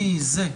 מי זה?